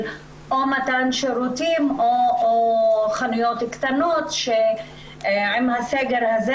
של מתן שירותים או חנויות קטנות שעם הסגר הזה,